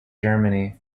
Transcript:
germany